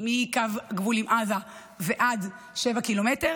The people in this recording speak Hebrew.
מקו הגבול עם עזה עד שבעה קילומטר,